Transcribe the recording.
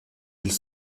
ils